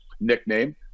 nickname